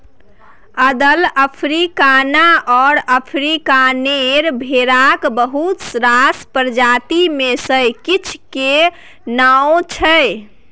अदल, अफ्रीकाना आ अफ्रीकानेर भेराक बहुत रास प्रजाति मे सँ किछ केर नाओ छै